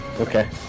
okay